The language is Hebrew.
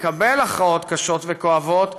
לקבל הכרעות קשות וכואבות,